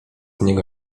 niego